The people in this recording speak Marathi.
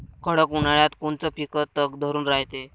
कडक उन्हाळ्यात कोनचं पिकं तग धरून रायते?